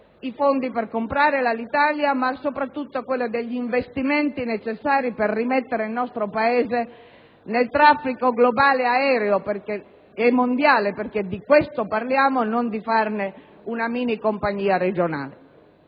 i fondi per comprare Alitalia ma soprattutto gli investimenti necessari per reimmettere il nostro Paese nel traffico aereo globale, perché di questo parliamo, non di farne una minicompagnia regionale.